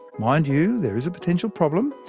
mind you, there's a potential problem.